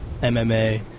MMA